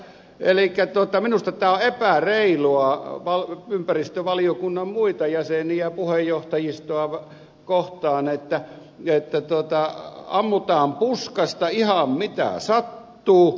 elikkä minusta tämä on epäreilua ympäristövaliokunnan muita jäseniä ja puheenjohtajistoa kohtaan että ammutaan puskasta ihan mitä sattuu